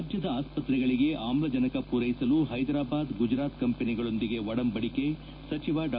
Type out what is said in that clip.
ರಾಜ್ಯದ ಆಸ್ಪತ್ರೆಗಳಿಗೆ ಅಮ್ಲಜನಕ ಪೂರೈಸಲು ಹೈದರಾಬಾದ್ ಗುಜರಾತ್ ಕಂಪನಿಗಳೊಂದಿಗೆ ಒಡಂಬಡಿಕೆ ಸಚಿವ ಡಾ